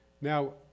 Now